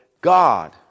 God